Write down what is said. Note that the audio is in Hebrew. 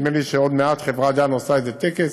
נדמה לי שעוד מעט חברת דן עושה איזה טקס